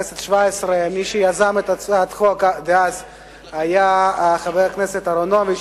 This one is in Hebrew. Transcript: מי שיזם את הצעת החוק אז היה חבר הכנסת אהרונוביץ,